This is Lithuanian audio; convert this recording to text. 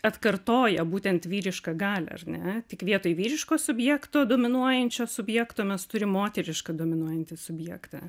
atkartoja būtent vyrišką galią ar ne tik vietoj vyriško subjekto dominuojančio subjekto mes turim moterišką dominuojantį subjektą